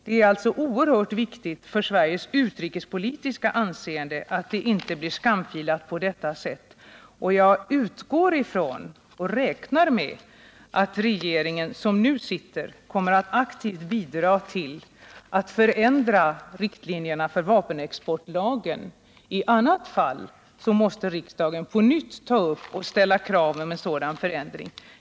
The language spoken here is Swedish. Det är oerhört viktigt för Sveriges utrikespolitiska anseende att det inte blir skamfilat på detta sätt. Jag utgår från och räknar med att den regering som nu sitter aktivt kommer att bidra till att förändra riktlinjerna för vapenexportlagen. I annat fall måste riksdagen på nytt ta upp denna och ställa krav på en sådan förändring.